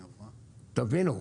תבינו,